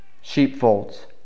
sheepfolds